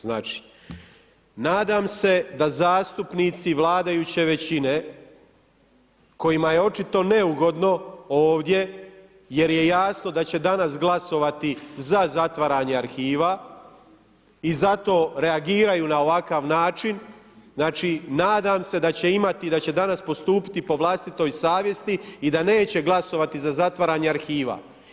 Znači nadam se da zastupnici vladajuće većine, kojima je očito neugodno ovdje, jer je jasno da će danas glasovati za zatvaranje arhiva i zato reagiraju na ovakav način, znači nadam se da će imati, da će danas postupiti po vlastitoj savjesti i da neće glasovati za zatvaranje arhiva.